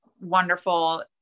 wonderful